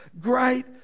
great